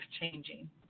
changing